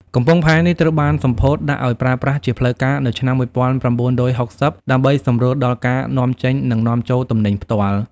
កំពង់ផែនេះត្រូវបានសម្ពោធដាក់ឱ្យប្រើប្រាស់ជាផ្លូវការនៅឆ្នាំ ១៩៦០ ដើម្បីសម្រួលដល់ការនាំចេញ និងនាំចូលទំនិញផ្ទាល់។